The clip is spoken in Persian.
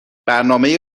برنامه